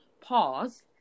pause